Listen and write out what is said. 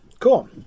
Cool